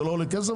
זה לא עולה כסף,